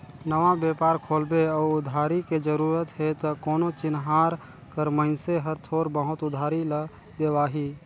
नवा बेपार खोलबे अउ उधारी के जरूरत हे त कोनो चिनहार कर मइनसे हर थोर बहुत उधारी ल देवाही